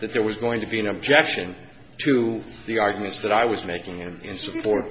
that there was going to be an objection to the arguments that i was making